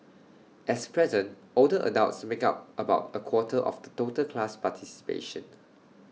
as present older adults make up about A quarter of the total class participation